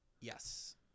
Yes